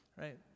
right